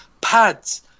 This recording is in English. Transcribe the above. pads